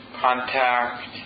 contact